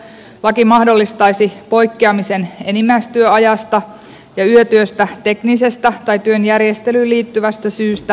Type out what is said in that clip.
laki mahdollistaisi poikkeamisen enimmäistyöajasta ja yötyöstä teknisestä tai työn järjestelyyn liittyvästä syystä